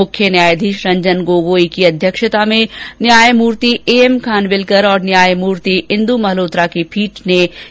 मुख्य न्यायाधीश रंजन गोगोई की अध्यक्षता में न्यायूर्ति ए एम खानविलकर और न्यायमूर्ति इंदू मल्होत्रा की पीठ ने यह फैसला किया है